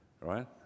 right